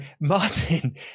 Martin